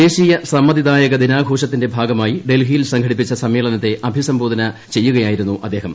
ദേശീയ സമ്മതിദായക ദിനാഘോഷത്തിന്റെ ഭാഗമായി ഡൽഹിയിൽ സംഘടിപ്പിച്ച സമ്മേളനത്തെ അഭിസംബോധന ചെയ്യുകയായിരുന്നു അദ്ദേഹം